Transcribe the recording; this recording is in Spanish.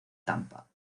tampa